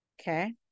okay